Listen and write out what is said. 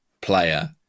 player